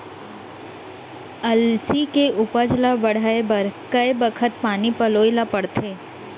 अलसी के उपज ला बढ़ए बर कय बखत पानी पलोय ल पड़थे?